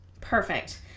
Perfect